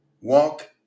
walk